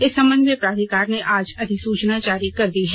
इस संबंध में प्राधिकार ने आज अधिसूचना जारी कर दी है